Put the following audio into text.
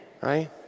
Right